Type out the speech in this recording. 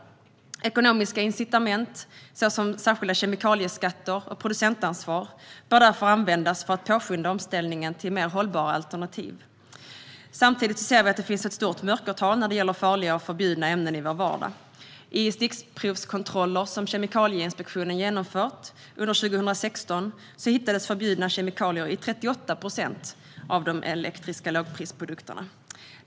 Ekonomiska incitament, såsom särskilda kemikalieskatter och producentansvar, bör användas för att påskynda omställningen till mer hållbara alternativ. Det finns ett stort mörkertal när det gäller farliga och förbjudna ämnen i vår vardag. I stickprovskontroller som Kemikalieinspektionen genomförde under 2016 hittades förbjudna kemikalier i 38 procent av de elektriska lågprisprodukterna.